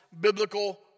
biblical